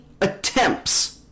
attempts